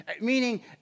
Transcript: meaning